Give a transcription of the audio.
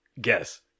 guess